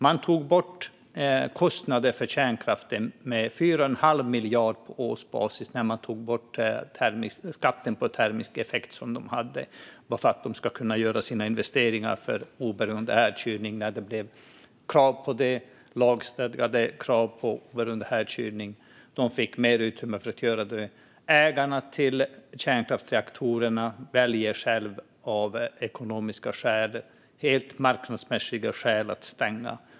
Man tog bort kostnader för kärnkraften med 4 1⁄2 miljard på årsbasis när man tog bort skatten på termisk effekt för att ägarna skulle kunna göra sina investeringar för oberoende härdkylning när det blev lagstadgade krav på det. De fick mer utrymme för att göra detta. Ägarna till kärnkraftsreaktorerna väljer själva av ekonomiska, helt marknadsmässiga skäl att stänga.